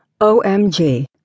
OMG